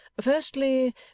Firstly